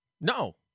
no